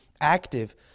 active